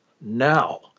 now